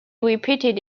repeated